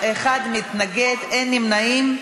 אחד מתנגד, אין נמנעים.